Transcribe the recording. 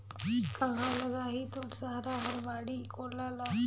काँहा लगाही तोर सारा हर बाड़ी कोला ल